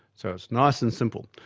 so it's nice and simple,